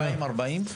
חסרים 2,040?